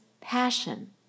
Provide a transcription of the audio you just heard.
passion